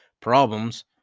problems